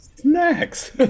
Snacks